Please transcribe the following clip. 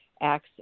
acts